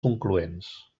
concloents